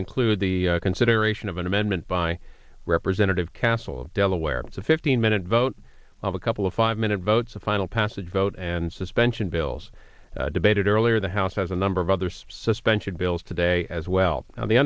include the consideration of an amendment by representative castle of delaware it's a fifteen minute vote of a couple of five minute votes a final passage vote and suspension bills debated earlier the house has a number of other suspension bills today as well the